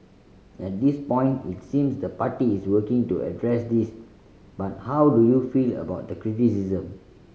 at this point it seems the party is working to address this but how do you feel about the criticism